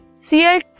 Cl2